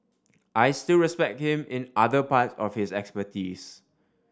I still respect him in other parts of his expertise